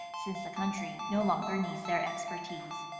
since the country no longer needs their expertise.